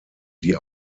die